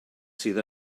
sydd